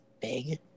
big